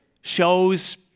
shows